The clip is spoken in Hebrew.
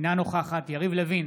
אינה נוכחת יריב לוין,